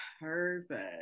perfect